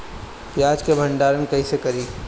प्याज के भंडारन कईसे करी?